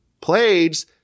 plagues